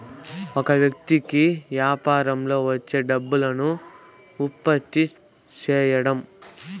ఒక వ్యక్తి కి యాపారంలో వచ్చే డబ్బును ఉత్పత్తి సేయడం